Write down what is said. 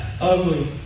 ugly